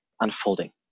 unfolding